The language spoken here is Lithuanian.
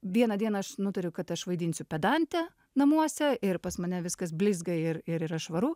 vieną dieną aš nutariu kad aš vaidinsiu pedantę namuose ir pas mane viskas blizga ir ir yra švaru